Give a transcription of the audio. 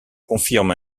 confirme